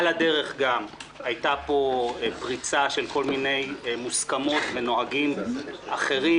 על הדרך הייתה פה פריצה של כל מיני מוסכמות ונהגים אחרים,